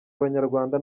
abanyarwanda